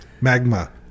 Magma